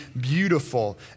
beautiful